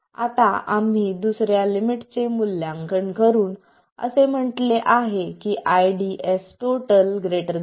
आता आम्ही दुसर्या लिमिटचे मूल्यांकन करून असे म्हटले आहे की ID 0